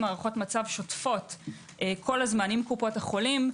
הערכות מצב שוטפות כל הזמן עם קופות החולים.